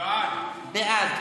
בעד